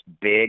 big